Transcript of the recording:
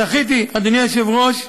זכיתי, אדוני היושב-ראש,